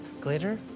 Glitter